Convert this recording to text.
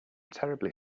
terribly